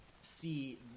see